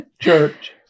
church